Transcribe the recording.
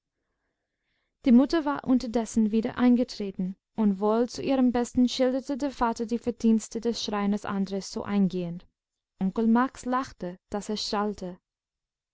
die mutter war unterdessen wieder eingetreten und wohl zu ihrem besten schilderte der vater die verdienste des schreiners andres so eingehend onkel max lachte daß es schallte